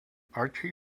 archie